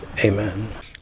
Amen